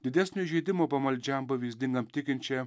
didesnio įžeidimo pamaldžiam pavyzdingam tikinčiajam